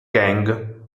gang